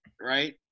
right